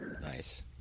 Nice